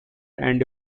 and